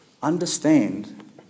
Understand